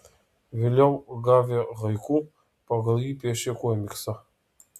vėliau gavę haiku pagal jį piešė komiksą